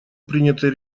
принятой